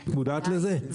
את מודעת לזה?